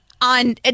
on